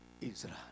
Israel